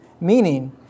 meaning